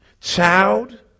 Child